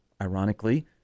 ironically